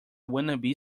wannabe